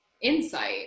insight